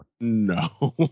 No